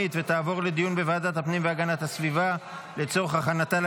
לוועדת הפנים והגנת הסביבה נתקבלה.